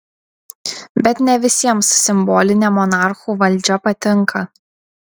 bet ne visiems simbolinė monarchų valdžia patinka